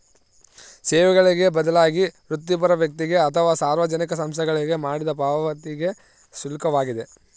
ಸೇವೆಗಳಿಗೆ ಬದಲಾಗಿ ವೃತ್ತಿಪರ ವ್ಯಕ್ತಿಗೆ ಅಥವಾ ಸಾರ್ವಜನಿಕ ಸಂಸ್ಥೆಗಳಿಗೆ ಮಾಡಿದ ಪಾವತಿಗೆ ಶುಲ್ಕವಾಗಿದೆ